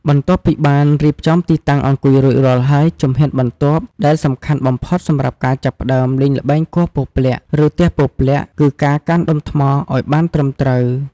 បន្ទាប់ពីបានរៀបចំទីតាំងអង្គុយរួចរាល់ហើយ ជំហានបន្ទាប់ដែលសំខាន់បំផុតសម្រាប់ការចាប់ផ្តើមលេងល្បែង គោះពព្លាក់ ឬ ទះពព្លាក់ គឺការ កាន់ដុំថ្មឲ្យបានត្រឹមត្រូវ។